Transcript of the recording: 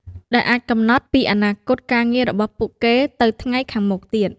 ដែលអាចកំណត់ពីអនាគតការងាររបស់ពួកគេទៅថ្ងៃខាងមុខទៀត។